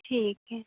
ठीक है